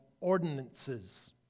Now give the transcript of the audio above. ordinances